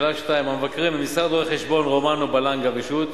2. המבקרים: משרד רואי-חשבון רומנו בלנגה ושות',